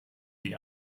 die